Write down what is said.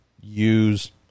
use